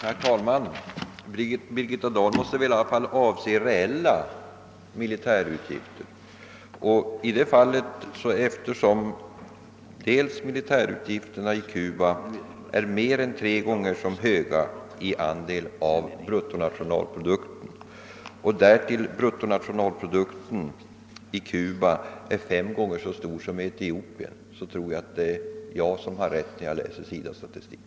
Herr talman! Birgitta Dahl måste väl i alla fall avse reella militära utgifter. Eftersom militärutgifterna i Cuba är mer än tre gånger så höga i andel av bruttonationalprodukten, som i Cuba är fem gånger så stor som i Etiopien, tror jag att det är jag som har rätt när jag läser SIDA:s statistik.